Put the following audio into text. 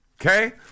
okay